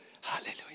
Hallelujah